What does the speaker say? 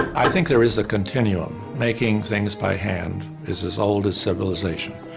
i think there is a continuum. making things by hand is as old as civilization.